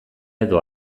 edo